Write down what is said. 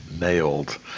nailed